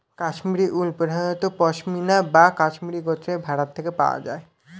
কাশ্মীরি উল প্রধানত পশমিনা বা কাশ্মীরি গোত্রের ভেড়া থেকে পাওয়া যায়